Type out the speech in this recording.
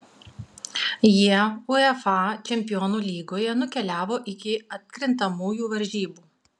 jie uefa čempionų lygoje nukeliavo iki atkrintamųjų varžybų